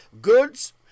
goods